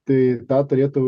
tai tą turėtų